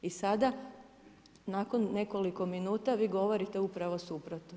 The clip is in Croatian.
I sada nakon nekoliko minuta vi govorite upravo suprotno.